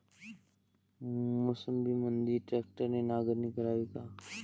मोसंबीमंदी ट्रॅक्टरने नांगरणी करावी का?